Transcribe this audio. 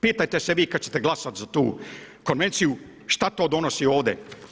Pitajte se vi kad ćete glasati za tu Konvenciju što to donosi ovdje.